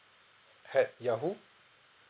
at yahoo